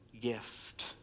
gift